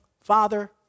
Father